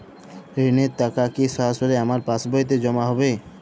ঋণের টাকা কি সরাসরি আমার পাসবইতে জমা হবে?